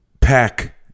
pack